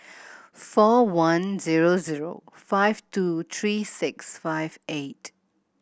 four one zero zero five two three six five eight